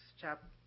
chapter